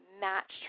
matched